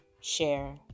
share